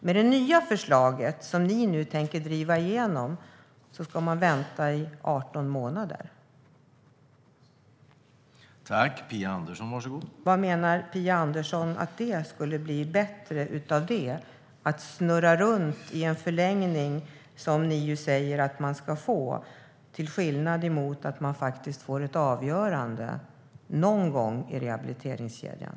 Med det nya förslaget, som ni nu tänker driva igenom, ska man vänta i 18 månader. Menar Phia Andersson att det är bättre att snurra runt i en förlängning, som ni ju säger att man ska få, än att få ett avgörande någon gång i rehabiliteringskedjan?